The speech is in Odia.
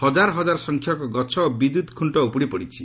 ହଜାର ହଜାର ସଂଖ୍ୟକ ଗଛ ଓ ବିଦ୍ୟୁତ୍ ଖୁଣ୍ଟ ଉପୁଡ଼ି ପଡ଼ିଛି